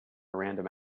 random